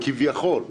כביכול,